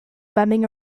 bumming